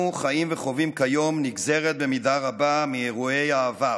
כיום נגזרת במידה רבה מאירועי העבר.